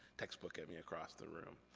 textbook at me across the room.